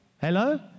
Hello